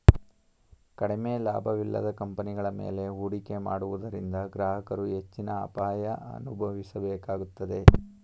ಕಡಿಮೆ ಲಾಭವಿಲ್ಲದ ಕಂಪನಿಗಳ ಮೇಲೆ ಹೂಡಿಕೆ ಮಾಡುವುದರಿಂದ ಗ್ರಾಹಕರು ಹೆಚ್ಚಿನ ಅಪಾಯ ಅನುಭವಿಸಬೇಕಾಗುತ್ತದೆ